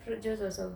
fruit juice also